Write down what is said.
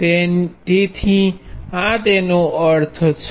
તેથી આ તેનો અર્થ છે